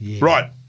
Right